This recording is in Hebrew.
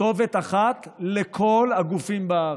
כתובת אחת לכל הגופים בארץ,